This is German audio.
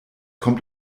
kommt